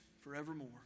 forevermore